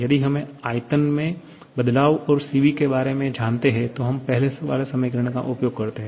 यदि हमें आयतन में बदलाव और Cv के बारे में जानते है तो हम पहले वाले समीकरण का उपयोग करते हैं